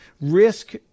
risk